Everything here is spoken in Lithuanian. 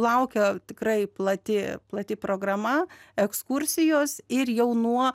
laukia tikrai plati plati programa ekskursijos ir jau nuo